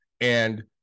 And-